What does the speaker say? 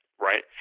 right